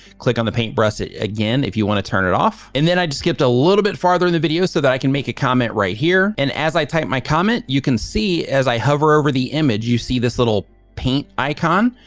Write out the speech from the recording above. click on the paint brush again, if you want to turn it off, and then i just skipped a little bit farther in the video so that i can make a comment right here. here. and as i type my comment, you can see as i hover over the image, you see this little paint icon.